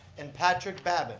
and patrick babbit